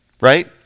Right